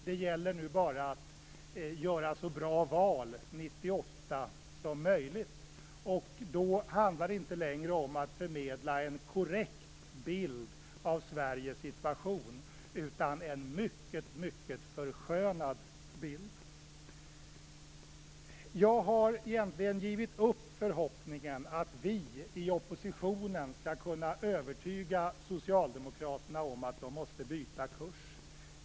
Det gäller nu bara att göra ett så bra val 1998 som möjligt. Då handlar det inte längre om att förmedla en korrekt bild av Sveriges situation utan en mycket förskönad bild. Jag har egentligen gett upp förhoppningen om att vi i oppositionen skall kunna övertyga socialdemokraterna om att de måste byta kurs.